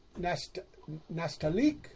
Nastalik